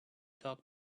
talk